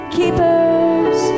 keepers